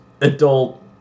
adult